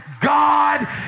god